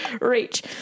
reach